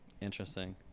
Interesting